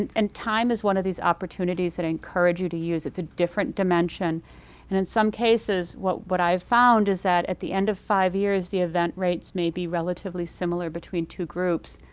and and time is one of these opportunities that i'd encourage you to use. it's a different dimension and in some cases what what i found is that at the end of five years, the event rates may be relatively similar between two groups.